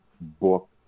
book